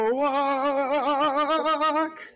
walk